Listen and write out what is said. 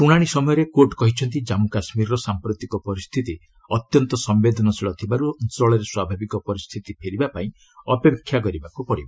ଶୁଣାଣି ସମୟରେ କୋର୍ଟ କହିଛନ୍ତି କମ୍ମୁ କାଶ୍ମୀରର ସାମ୍ପ୍ରତିକ ପରିସ୍ଥିତି ଅତ୍ୟନ୍ତ ସମ୍ଭେଦନଶୀଳ ଥିବାରୁ ଅଞ୍ଚଳରେ ସ୍ୱାଭାବିକ ପରିସ୍ଥିତି ଫେରିବାପାଇଁ ଅପେକ୍ଷା କରିବାକୁ ପଡ଼ିବ